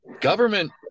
government